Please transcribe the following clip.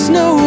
no